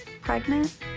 pregnant